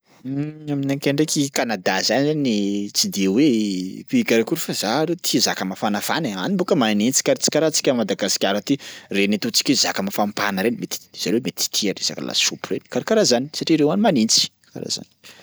Aminakay ndraiky Kanada zany zany tsy de hoe pays karakory fa za ro tia zaka mafanafana e, any bôka manintsy kar- tsy karaha antsika Madagasikara aty, reny ataontsika hoe zaka mafampana reny mety t- zareo mety tia resaka lasopy reny karakaraha zany satria reo any manintsy karaha zany.